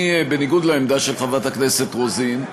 אני, בניגוד לעמדה של חברת הכנסת רוזין,